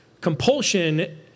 compulsion